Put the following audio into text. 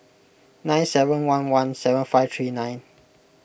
nine seven one one seven five three nine